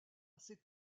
assez